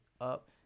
up